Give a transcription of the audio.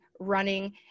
running